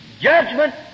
Judgment